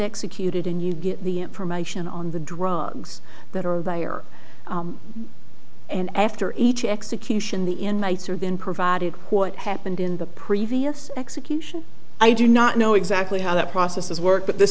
executed and you get the information on the drugs that are they are and after each execution the inmates are then provided what happened in the previous execution i do not know exactly how that processes work but the